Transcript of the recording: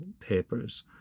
papers